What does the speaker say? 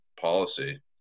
policy